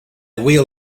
wheel